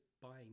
buying